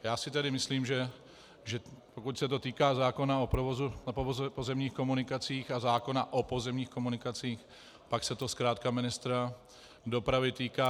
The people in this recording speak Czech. Já si tedy myslím, že pokud se to týká zákona o provozu na pozemních komunikacích a zákona o pozemních komunikacích, pak se to zkrátka ministra dopravy týká.